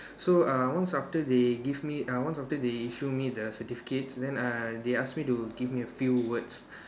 so uh once after they give me uh once after they issue me the certificate then uh they they ask me to give me a few words